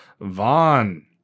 Vaughn